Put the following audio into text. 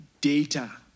data